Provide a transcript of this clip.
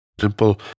simple